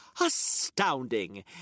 Astounding